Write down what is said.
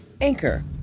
Anchor